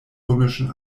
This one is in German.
römischen